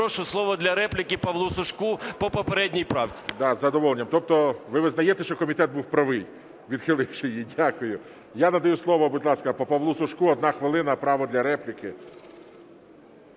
прошу слово для репліки Павлу Сушку по попередній правці. ГОЛОВУЮЧИЙ. Із задоволенням. Тобто ви визнаєте, що комітет був правий, відхиливши її. Дякую. Я надаю слово, будь ласка, Павлу Сушку, одна хвилина, право для репліки.